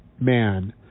man